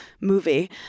movie